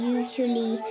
usually